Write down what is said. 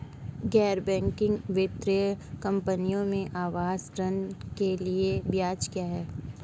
गैर बैंकिंग वित्तीय कंपनियों में आवास ऋण के लिए ब्याज क्या है?